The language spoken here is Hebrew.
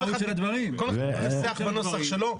כל אחד מתנסח בנוסח שלו.